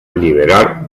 liberar